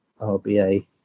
RBA